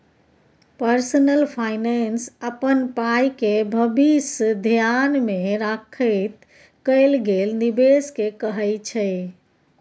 personal finance अपन पाइके भबिस धेआन मे राखैत कएल गेल निबेश केँ कहय छै